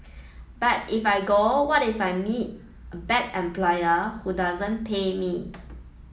but if I go what if I meet a bad employer who doesn't pay me